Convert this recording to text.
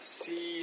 see